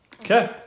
Okay